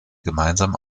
gemeinsam